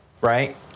right